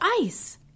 ice